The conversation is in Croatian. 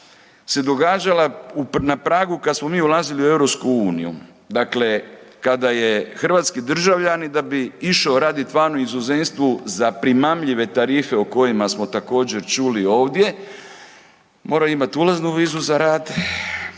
se događala na pragu kad smo mi ulazili u EU, dakle kada je hrvatski državljanin da bi išao raditi van u inozemstvu za primamljive tarife o kojima smo također čuli ovdje morao imati ulaznu vizu za rad,